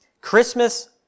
Christmas